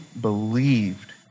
believed